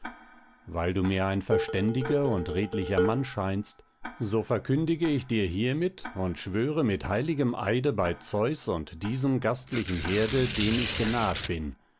weil du mir ein verständiger und redlicher mann scheinst so verkündige ich dir hiermit und schwöre mit heiligem eide bei zeus und diesem gastlichen herde dem ich genaht bin